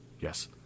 Yes